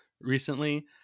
recently